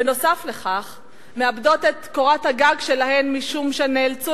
ובנוסף לכך מאבדות את קורת הגג שלהן משום שנאלצו